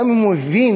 גם אם הוא הבין